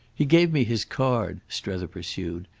he gave me his card, strether pursued,